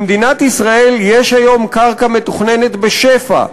במדינת ישראל יש היום קרקע מתוכננת בשפע.